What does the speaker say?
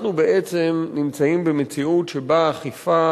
אנחנו בעצם נמצאים במציאות שבה האכיפה